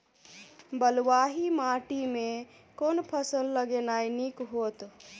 बलुआही माटि मे केँ फसल लगेनाइ नीक होइत?